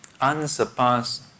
unsurpassed